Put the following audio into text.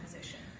position